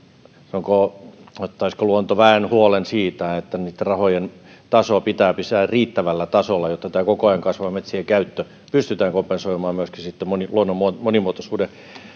sanottaisiinko luontoväen huolen siitä että niiden rahojen taso pitää pitää riittävällä tasolla jotta tämä koko ajan kasvava metsien käyttö pystytään kompensoimaan myöskin luonnon monimuotoisuuden